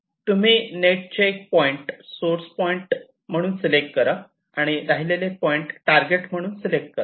तुम्ही नेटचे एक पॉईंट सोर्स पॉईंट म्हणून सिलेक्ट करा आणि राहिलेले पॉईंट टारगेट म्हणून सिलेक्ट करा